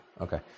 Okay